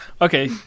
Okay